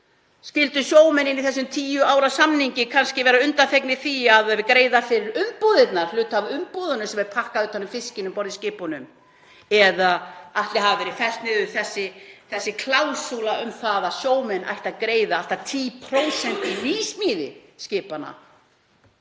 Skyldu sjómenn með þessum tíu ára samningi kannski vera undanþegnir því að greiða fyrir umbúðirnar, hluta af umbúðunum sem er pakkað utan um fiskinn um borð í skipunum? Ætli hafi verið felld niður þessi klásúla um að sjómenn ættu að greiða allt að 10% í nýsmíði skipanna?